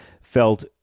felt